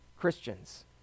Christians